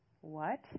What